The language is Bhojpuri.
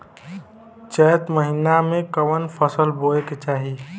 चैत महीना में कवन फशल बोए के चाही?